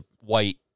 white